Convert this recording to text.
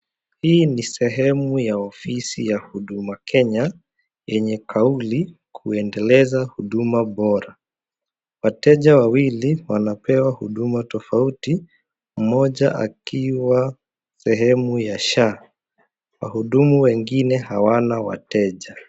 Hii ni sehemu ya ofisi ya huduma Kenya yenye kauli kuendeleza huduma bora, wateja wawili wanapewa huduma tofauti mmoja akiwa sehemu ya SHA ,wahudumu wengine hawana wateja.